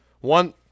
One